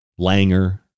Langer